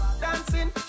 Dancing